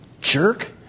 jerk